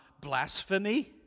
blasphemy